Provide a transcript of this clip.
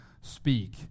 speak